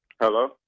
hello